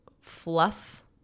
fluff